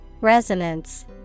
Resonance